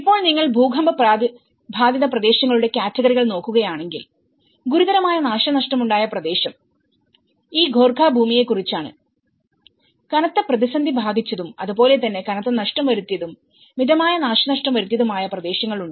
ഇപ്പോൾ നിങ്ങൾ ഭൂകമ്പ ബാധിത പ്രദേശങ്ങളുടെ കാറ്റഗറികൾ നോക്കുകയാണെങ്കിൽ ഗുരുതരമായ നാശനഷ്ടമുണ്ടായ പ്രദേശംഈ ഗോർഖ ഭൂമിയെക്കുറിച്ചാണ് കനത്ത പ്രതിസന്ധി ബാധിച്ചതും അതുപോലെ തന്നെ കനത്ത നഷ്ടം വരുത്തിയതും മിതമായ നാശനഷ്ടം വരുത്തിയതും ആയ പ്രദേശങ്ങൾ ഉണ്ട്